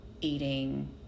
eating